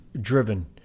driven